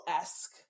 esque